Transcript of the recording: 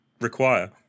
require